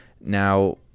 Now